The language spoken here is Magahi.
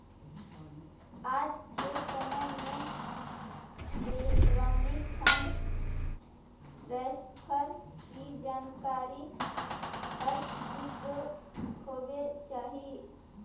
आज के समय में इलेक्ट्रॉनिक फंड ट्रांसफर की जानकारी हर किसी को होवे चाही